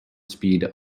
speed